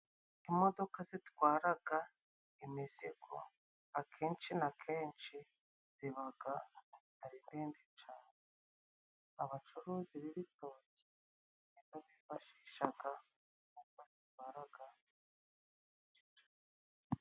Imodoka zitwara imizigo, akenshi na kenshi ziba ari nyinshi cyane. Abacuruzi b'ibitoki ni zo bifashisha, babitwara.